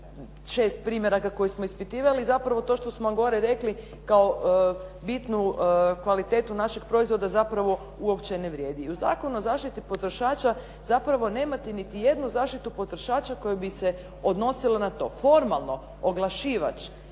šest primjeraka koje smo ispitivali i zapravo to što smo gore rekli kao bitnu kvalitetu našeg proizvoda, zapravo uopće ne vrijedi. U Zakonu o zaštiti potrošača zapravo nemate niti jednu zaštitu potrošača koja bi se odnosila na to. Formalno, oglašivač